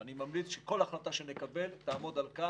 ואני ממליץ שכל החלטה שנקבל תעמוד על כך